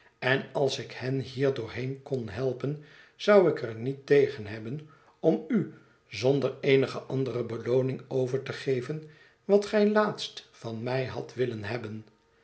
en als ik hen hier doorheen kon helpen zou ik er niet tegen hebben om u zonder eenige andere belooning over te geven wat gij laatst van mij hadt willen hebben